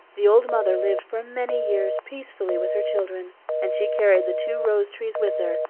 the old mother lived for many years peacefully with her children and she carried the two rose trees with her,